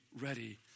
ready